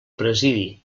presidi